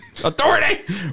Authority